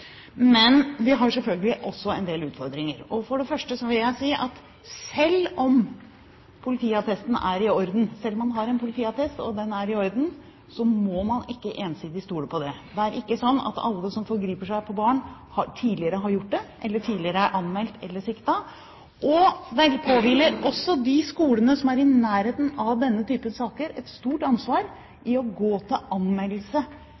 Men vi har selvfølgelig også en del utfordringer. For det første vil jeg si at selv om politiattesten er i orden – selv om man har en politiattest, og den er i orden – må man ikke ensidig stole på det. Det er ikke sånn at alle som forgriper seg på barn, tidligere har gjort det, eller tidligere er anmeldt eller siktet. Det påhviler også de skolene som er nær denne type saker, et stort ansvar når det gjelder å gå til anmeldelse